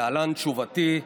להלן תשובתי: